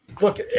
look